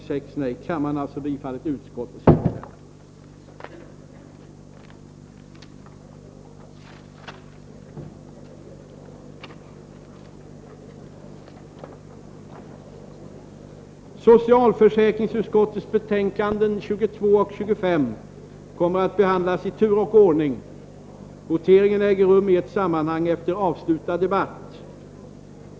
Socialförsäkringsutskottets betänkanden 22 och 25 kommer att behandlas i tur och ordning. Voteringarna äger rum i ett sammanhang efter avslutad debatt.